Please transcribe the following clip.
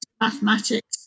mathematics